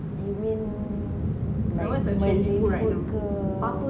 you mean like malay food ke